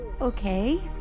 Okay